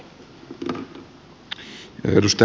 arvoisa puhemies